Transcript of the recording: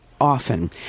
often